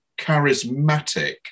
charismatic